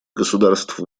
государств